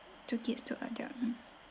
two kids two adults mm